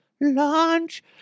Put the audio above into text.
Lunch